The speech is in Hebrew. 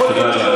תודה רבה.